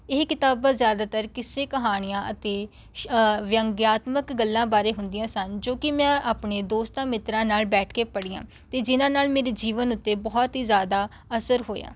ਇਹ ਕਿਤਾਬਾਂ ਜ਼ਿਆਦਾਤਰ ਕਿੱਸੇ ਕਹਾਣੀਆਂ ਅਤੇ ਵਿਅੰਗਆਤਮਿਕ ਗੱਲਾਂ ਬਾਰੇ ਹੁੰਦੀਆਂ ਸਨ ਜੋ ਕਿ ਮੈਂ ਆਪਣੇ ਦੋਸਤਾਂ ਮਿੱਤਰਾਂ ਨਾਲ਼ ਬੈਠ ਕੇ ਪੜ੍ਹੀਆਂ ਅਤੇ ਜਿਨ੍ਹਾਂ ਨਾਲ ਮੇਰੇ ਜੀਵਨ ਉੱਤੇ ਬਹੁਤ ਹੀ ਜ਼ਿਆਦਾ ਅਸਰ ਹੋਇਆ